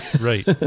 Right